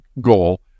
goal